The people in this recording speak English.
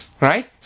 Right